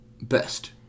Best